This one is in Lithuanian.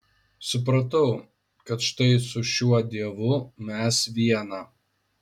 supratau kad štai su šiuo dievu mes viena